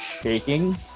shaking